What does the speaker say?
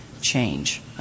change